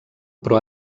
però